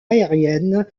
aérienne